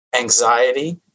anxiety